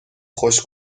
خوش